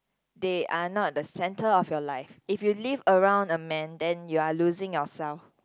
they are not the centre of your life if you live around a man then you're losing yourself